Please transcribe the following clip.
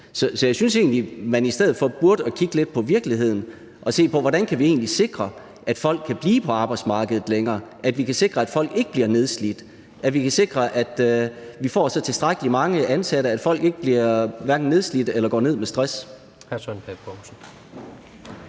Så jeg synes egentlig, at man i stedet burde kigge lidt på virkeligheden og se på, hvordan vi egentlig kan sikre, at folk kan blive på arbejdsmarkedet længere, hvordan vi kan sikre, at folk ikke bliver nedslidt, og hvordan vi kan sikre, at vi får tilstrækkelig mange ansatte, at folk hverken bliver nedslidte eller går ned med stress.